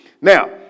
Now